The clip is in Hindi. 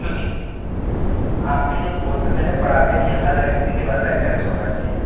क्योंकि आपके जो बोर्ड पर मैंने पढ़ा था कि हर व्यक्ति के पास लाइसेंस होना चाहिए